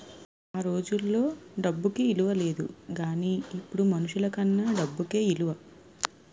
ఆ రోజుల్లో డబ్బుకి ఇలువ లేదు గానీ ఇప్పుడు మనుషులకన్నా డబ్బుకే ఇలువ